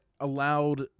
allowed